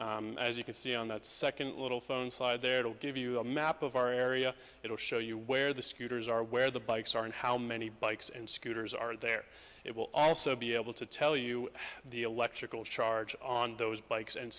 app as you can see on that second little phone side there will give you a map of our area it'll show you where the scooters are where the bikes are and how many bikes and scooters are there it will also be able to tell you the electrical charge on those bikes and